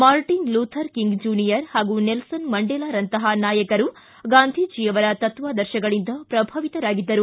Martin Luther King Junior ಹಾಗೂ Nelson ಮಂಡೆಲಾರಂತಹ ನಾಯಕರು ಗಾಂಧೀಜಿಯವರ ತತ್ವಾದರ್ಶಗಳಿಂದ ಪ್ರಭಾವಿತರಾಗಿದ್ದರು